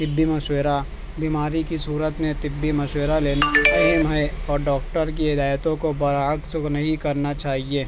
طبی مشورہ بیماری کی صورت میں طبّی مشورہ لینا اہم ہے اور ڈاکٹر کی ہدایتوں کو برعکس وہ نہیں کرنا چاہیے